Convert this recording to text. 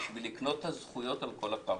בשביל לקנות את הזכויות על כל הקרקע.